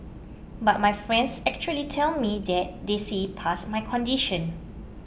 but my friends actually tell me that they see past my condition